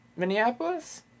Minneapolis